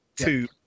two